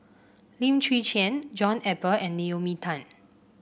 Lim Chwee Chian John Eber and Naomi Tan